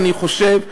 אני חושב.